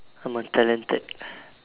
I'm a talented